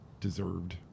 deserved